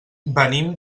venim